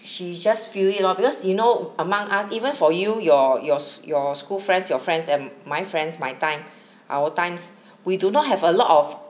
she just feel it lor because you know among us even for you your yours your school friends your friends and my friends my time our times we do not have a lot of